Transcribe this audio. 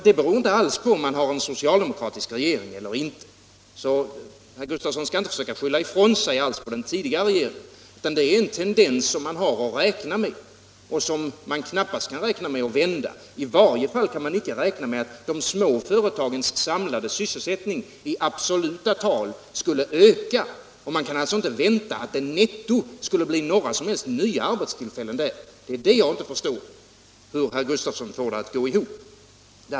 Det beror inte alls på om landet har en socialdemokratisk regering eller inte, så herr Gustafsson skall inte alls försöka skylla på den föregående regeringen, utan det är en tendens som man har att räkna med och som man knappast kan hoppas kunna vända. I varje fall kan man icke räkna med att de små företagens samlade sysselsättning i absoluta tal skulle öka. Man kan alltså inte vänta att det netto skulle bli några som helst nya arbetstillfällen. Det är här jag inte förstår hur herr Gustafsson får det att gå ihop.